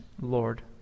Lord